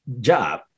job